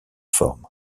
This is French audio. forme